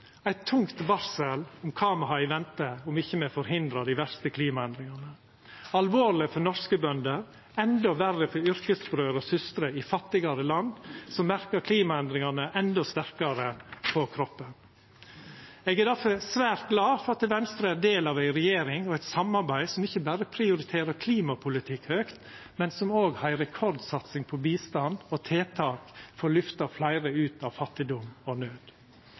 eit tungt varsel om kva me har i vente om me ikkje hindrar dei verste klimaendringane. Det er alvorleg for norske bønder, men endå verre for yrkesbrør og -systrer i fattigare land, som merkar klimaendringane endå sterkare på kroppen. Eg er difor svært glad for at Venstre er del av ei regjering og eit samarbeid som ikkje berre prioriterer klimapolitikken høgt, men som òg har ei rekordsatsing på bistand og tiltak for å lyfta fleire ut av fattigdom og